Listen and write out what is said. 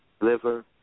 liver